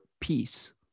peace